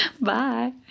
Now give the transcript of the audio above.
Bye